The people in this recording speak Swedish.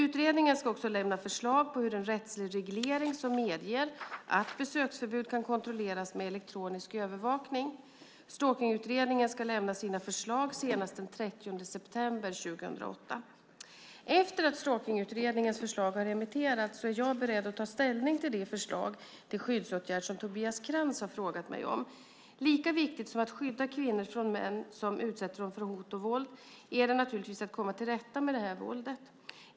Utredningen ska också lämna förslag på en rättslig reglering som medger att besöksförbud kan kontrolleras med elektronisk övervakning. Stalkningsutredningen ska lämna sina förslag senast den 30 september 2008. Efter att Stalkningsutredningens förslag har remitterats är jag beredd att ta ställning till det förslag till skyddsåtgärd som Tobias Krantz har frågat mig om. Lika viktigt som att skydda kvinnor från män som utsätter dem för hot och våld är det att komma till rätta med detta våld.